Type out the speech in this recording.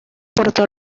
puerto